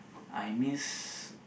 I miss